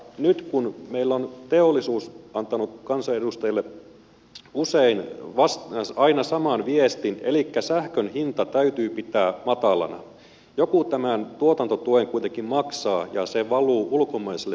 nyt kun meillä on teollisuus antanut kansanedustajille aina saman viestin elikkä että sähkön hinta täytyy pitää matalana joku tämän tuotantotuen kuitenkin maksaa ja se valuu ulkomaisille sijoittajille